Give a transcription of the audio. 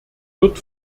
wird